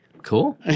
Cool